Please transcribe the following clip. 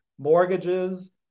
Mortgages